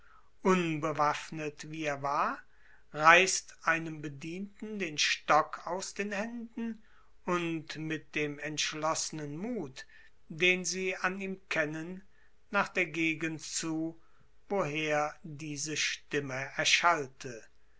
unbewaffnet wie er war reißt einem bedienten den stock aus den händen und mit dem entschlossenen mut den sie an ihm kennen nach der gegend zu woher diese stimme erschallte